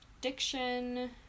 diction